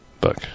book